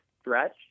stretch